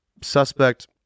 suspect